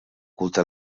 culte